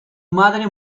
madre